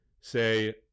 say